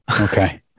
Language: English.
okay